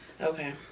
Okay